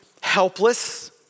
helpless